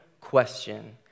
question